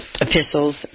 epistles